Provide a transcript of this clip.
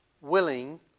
willing